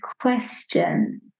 question